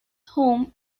home